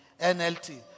NLT